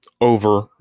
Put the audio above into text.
over